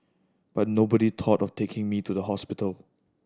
but nobody thought of taking me to the hospital